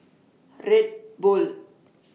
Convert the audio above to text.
Red Bull